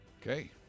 Okay